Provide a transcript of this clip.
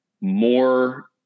more